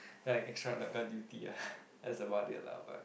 then I extra guard duty ah that's about it lah but